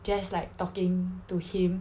just like talking to him